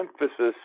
emphasis